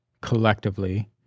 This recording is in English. collectively